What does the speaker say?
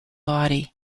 body